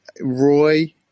Roy